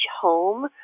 home